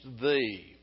Thee